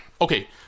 Okay